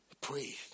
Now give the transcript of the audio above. Pray